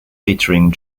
featuring